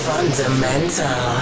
Fundamental